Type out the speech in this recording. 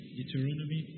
Deuteronomy